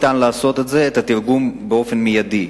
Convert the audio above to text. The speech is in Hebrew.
לעשות את התרגום באופן מיידי.